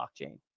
blockchain